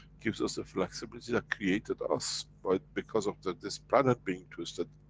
gives us the flexibility that created us but, because of that this planet being twisted,